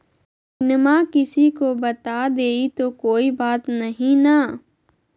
पिनमा किसी को बता देई तो कोइ बात नहि ना?